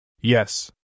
Yes